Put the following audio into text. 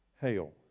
hail